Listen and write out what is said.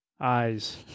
eyes